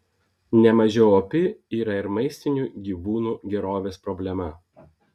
nemažiau opi yra ir maistinių gyvūnų gerovės problema